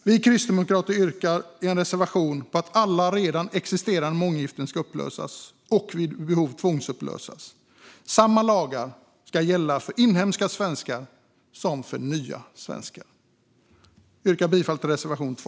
Vi kristdemokrater yrkar i en reservation på att alla redan existerande månggiften ska upplösas och vid behov tvångsupplösas. Samma lagar ska gälla för inhemska svenskar som för nya svenskar. Jag yrkar bifall till reservation 2.